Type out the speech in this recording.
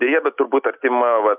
deja bet turbūt artima vat